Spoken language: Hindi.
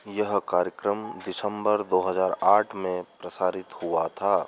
यह कार्यक्रम दिसम्बर दो हज़ार आठ में प्रसारित हुआ था